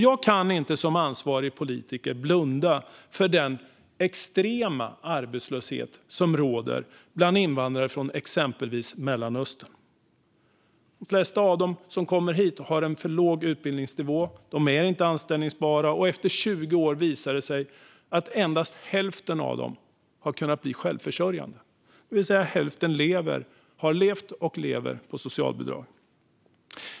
Jag kan som ansvarig politiker inte blunda för den extrema arbetslöshet som råder bland invandrare från exempelvis Mellanöstern. De flesta har en för låg utbildningsnivå. De är inte anställbara, och efter 20 år visar det sig att endast hälften har kunnat bli självförsörjande. Det vill säga att hälften har levt och lever på socialbidrag.